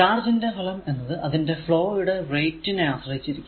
ചാർജിന്റെ ഫലം എന്നത് അതിന്റെ ഫ്ലോ യുടെ റേറ്റ് നെ ആശ്രയിച്ചിരിക്കും